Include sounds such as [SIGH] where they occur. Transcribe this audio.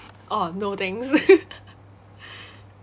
oh no thanks [LAUGHS]